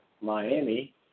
Miami